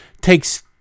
takes